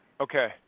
okay